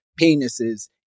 penises